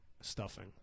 stuffing